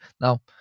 Now